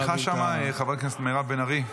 סליחה, חברת הכנסת מירב בן ארי.